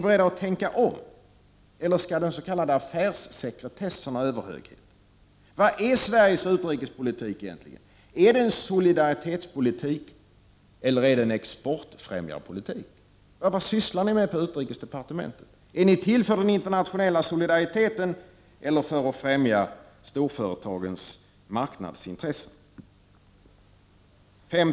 Eller skall den s.k. affärssekretessen ha överhöghet? Vad är Sveriges utrikespolitik egentligen? Är det en solidaritetspolitik, eller är det en exportfrämjarpolitik? Vad sysslar ni med på utrikesdepartementet? Är ni till för den internationella solidariteten eller för att främja storföretagens marknadsintressen?